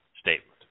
statement